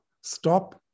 Stop